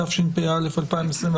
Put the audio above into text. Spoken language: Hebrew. התשפ"א-2021,